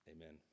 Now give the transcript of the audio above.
amen